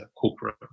corporate